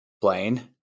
Blaine